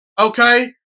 okay